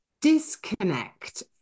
disconnect